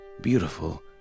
beautiful